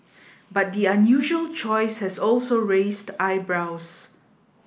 but the unusual choice has also raised eyebrows